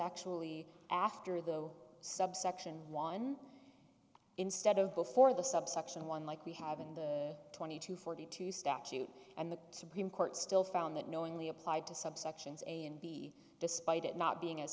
actually after though subsection one instead of before the subsection one like we have in the twenty two forty two statute and the supreme court still found that knowingly applied to subsections a and b despite it not